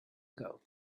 ago